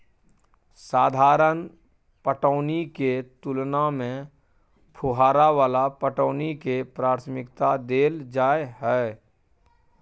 साधारण पटौनी के तुलना में फुहारा वाला पटौनी के प्राथमिकता दैल जाय हय